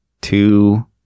Two